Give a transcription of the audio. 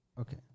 Okay